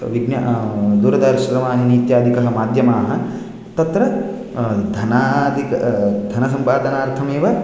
विज्ञ दूरदर्शनवाहिनी इत्यादिकः माध्यमाः तत्र धनादिक धनसम्पादनार्थमेव